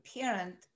parent